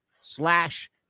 slash